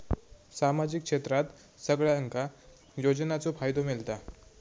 सामाजिक क्षेत्रात सगल्यांका योजनाचो फायदो मेलता?